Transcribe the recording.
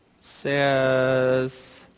says